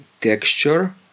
texture